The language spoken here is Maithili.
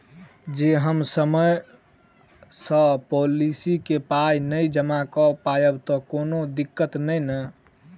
जँ हम समय सअ पोलिसी केँ पाई नै जमा कऽ पायब तऽ की कोनो दिक्कत नै नै?